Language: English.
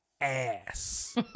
ass